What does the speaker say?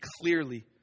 clearly